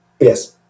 Yes